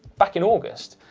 back in august.